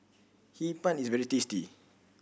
Hee Pan is very tasty